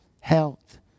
health